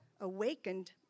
awakened